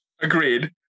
agreed